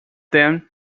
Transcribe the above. them